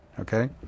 Okay